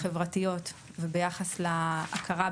אנחנו בוחנים למה הילד הזה